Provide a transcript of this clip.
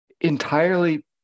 entirely